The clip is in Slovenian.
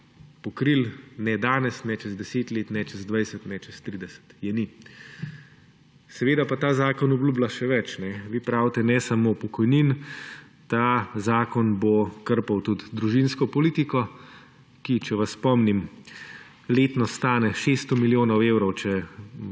pokrili, ne danes, ne čez 10 let, ne čez 20, ne čez 30, je ni. Seveda pa ta zakon obljublja še več. Vi pravite, ne samo pokojnin, ta zakon bo krpal tudi družinsko politiko ki, če vas spomnim, letno stane 600 milijonov evrov, če